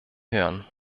hören